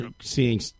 seeing